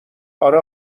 آره